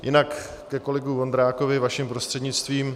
Jinak ke kolegovi Vondrákovi vaším prostřednictvím.